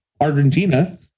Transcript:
Argentina